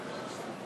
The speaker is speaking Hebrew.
לציין